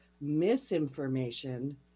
misinformation